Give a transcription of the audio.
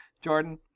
Jordan